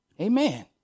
Amen